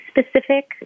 specific